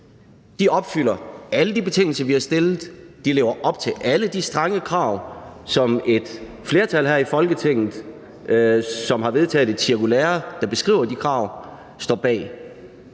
De opfylder alle de betingelser, vi har stillet, de lever op til alle de strenge krav, som et flertal her i Folketinget, som har vedtaget et cirkulære, der beskriver de krav, står bag.